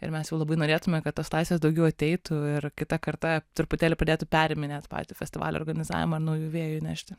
ir mes jau labai norėtumė kad tos laisvės daugiau ateitų ir kita karta truputėlį padėtų periminėt patį festivalio organizavimą ir naujų vėjų įnešti